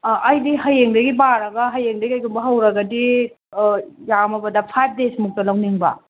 ꯑꯩꯗꯤ ꯍꯌꯦꯡꯗꯒꯤ ꯄꯥꯔꯒ ꯍꯌꯦꯡꯗꯒꯤ ꯀꯔꯤꯒꯨꯝꯕ ꯍꯧꯔꯒꯗꯤ ꯌꯥꯝꯃꯕꯗ ꯐꯥꯏꯚ ꯗꯦꯁꯃꯨꯛꯇ ꯂꯧꯅꯤꯡꯕ